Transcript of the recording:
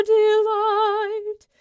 delight